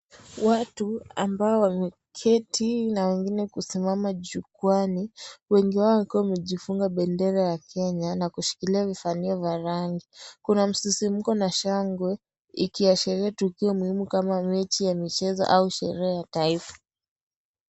Watu ambao wameketi na wengine kusimama jukwaani wengi wao wakiwa wamejifunga bendera ya kenya na kushikilia vifanio vya rangi. Kuna msisimuko na shangwe ikiashiria tukio muhimu kama mechi ya michezo au sherehe ya taifa.